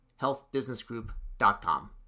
healthbusinessgroup.com